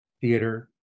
theater